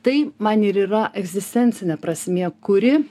tai man ir yra egzistencinė prasmė kuri